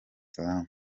salaam